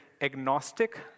agnostic